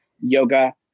Yoga